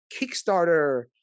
Kickstarter